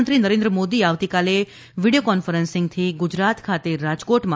પ્રધાનમંત્રી નરેન્દ્ર મોદી આવતીકાલે વિડીયો કોન્ફરન્સિંગથી ગુજરાત ખાતે રાજકોટમાં